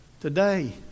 today